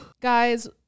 Guys